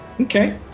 Okay